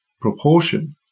proportion